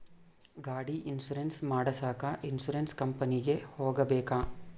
ಗಾಡಿ ಇನ್ಸುರೆನ್ಸ್ ಮಾಡಸಾಕ ಇನ್ಸುರೆನ್ಸ್ ಕಂಪನಿಗೆ ಹೋಗಬೇಕಾ?